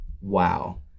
wow